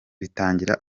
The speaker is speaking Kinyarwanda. bitangira